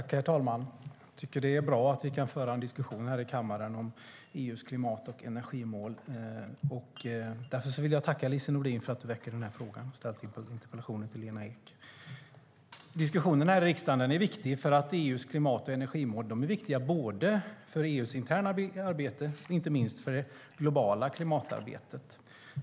Herr talman! Jag tycker att det är bra att vi kan föra en diskussion om EU:s klimat och energimål här i kammaren. Därför vill jag tacka Lise Nordin för att hon väcker frågan och ställer interpellationen till Lena Ek. Diskussionen här i riksdagen är viktig, för EU:s klimat och energimål är viktiga både för EU:s interna arbete och inte minst för det globala klimatarbetet.